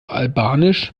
albanisch